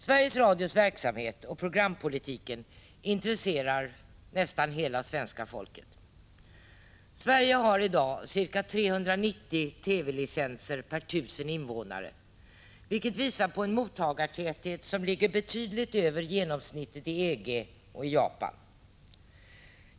Sveriges Radios verksamhet och programpolitiken intresserar nästan hela svenska folket. Sverige har i dag ca 390 TV-licenser per 1 000 invånare, vilket visar på en mottagartäthet som ligger betydligt över genomsnittet i EG och Japan.